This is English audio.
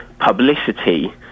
publicity